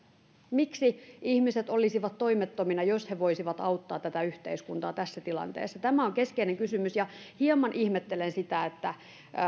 miksi ihmiset olisivat toimettomina jos he voisivat auttaa tätä yhteiskuntaa tässä tilanteessa tämä on keskeinen kysymys ja hieman ihmettelen sitä että